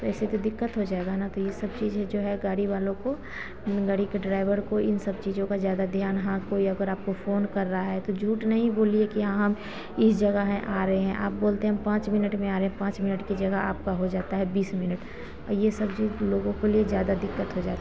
तो ऐसे तो दिक्कत हो जाएगा न तो ये सब चीज़ें जो है गाड़ी वालों को गाड़ी के ड्राइभर को इन सब चीज़ों का ज़्यादा ध्यान हाँ कोई अगर आपको फोन कर रहा है तो झूठ नहीं बोलिए कि हाँ हम इस जगह है आ रहे हैं आप बोलते हैं हम पाँच मिनट में आ रहे हैं पाँच मिनट की जगह आपका हो जाता है बीस मिनट ओ ये सब जो लोगों के लिए ज़्यादा दिक्कत हो जाता